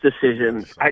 decisions